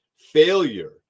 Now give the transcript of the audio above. Failure